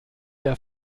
der